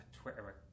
twitter